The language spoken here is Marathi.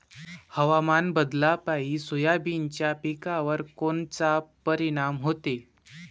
हवामान बदलापायी सोयाबीनच्या पिकावर कोनचा परिणाम होते?